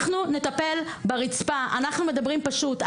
אנחנו נטפל ברצפה, אנחנו מדברים פשוט.